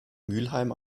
mülheim